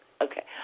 Okay